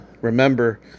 remember